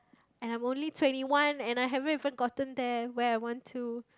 and I'm only twenty one and I haven't even gotten there where I want to